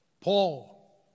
Paul